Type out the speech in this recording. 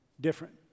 different